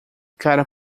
cara